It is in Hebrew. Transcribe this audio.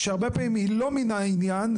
כשהרבה פעמים היא לא מן המניין,